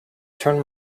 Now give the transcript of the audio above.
turn